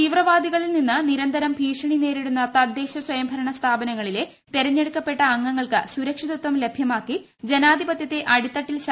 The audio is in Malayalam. തീവ്രവാദികളിൽ നിന്ന് നിരന്തരം ഭീഷണി നേരിടുന്ന തദ്ദേശ സ്വയംഭരണസ്ഥാപനങ്ങളിലെ തിരഞ്ഞെടുക്കപ്പെട്ട അംഗങ്ങൾക്ക് സുരക്ഷിതത്വം ലഭ്യമാക്കി ജനാധിപത്യത്തെ അടിത്തട്ടിൽ ശക്തിപ്പടുത്തുകയാണ് ലക്ഷ്യം